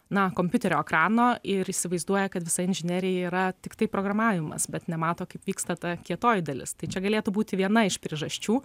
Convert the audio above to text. na kompiuterio ekrano ir įsivaizduoja kad visa inžinerija yra tiktai programavimas bet nemato kaip vyksta ta kietoji dalis tai čia galėtų būti viena iš priežasčių